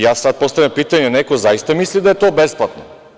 Ja sad postavljam pitanje – da li neko zaista misli da je to besplatno?